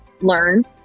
learn